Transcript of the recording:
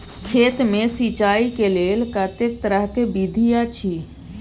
खेत मे सिंचाई के लेल कतेक तरह के विधी अछि?